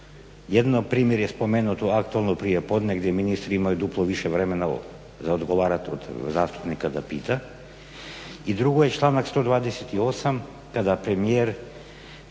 jedino primirje spomenuto aktualno prijepodne gdje ministri imaju duplo više vremena … za odgovarat od zastupnika da pita. I drugo je članak 128.kada premijer